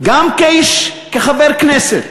גם כחבר כנסת,